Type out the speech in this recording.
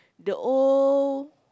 the old